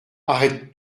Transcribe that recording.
arrête